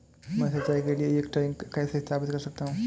मैं सिंचाई के लिए एक टैंक कैसे स्थापित कर सकता हूँ?